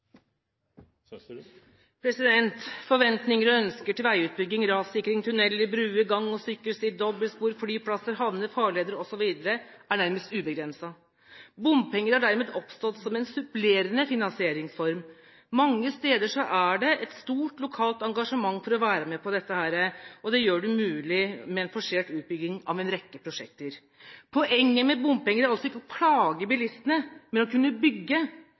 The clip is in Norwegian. og ønskene om veiutbygging, rassikring, tunneler, bruer, gang- og sykkelstier, dobbeltspor, flyplasser, havner, farleier osv. er nærmest ubegrenset. Bompenger har dermed oppstått som en supplerende finansieringsform. Mange steder er det et stort lokalt engasjement for å være med på dette, og det gjør det mulig med en forsert utbygging av en rekke prosjekter. Poenget med bompenger er altså ikke å plage bilistene, men å kunne bygge.